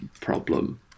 problem